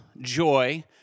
joy